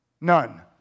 None